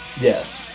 Yes